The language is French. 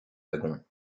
wagon